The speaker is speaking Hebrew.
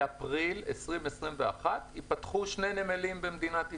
באפריל 2021 ייפתחו שני נמלים במדינת ישראל: